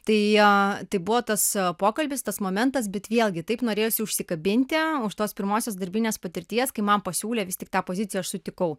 tai tai buvo tas savo pokalbis tas momentas bet vėlgi taip norėjosi užsikabinti už tos pirmosios darbinės patirties kai man pasiūlė vis tik tą poziciją aš sutikau